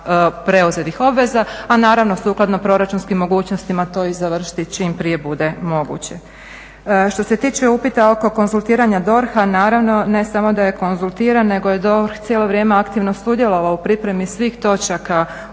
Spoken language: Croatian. preuzetih obveza, a naravno sukladno proračunskim mogućnostima to i završiti čim prije bude moguće. Što se tiče upita oko konzultiranja DORH-a naravno ne samo da je konzultiran nego je DORH cijelo vrijeme aktivno sudjelovao u pripremi svih točaka ovog